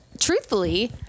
Truthfully